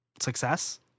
success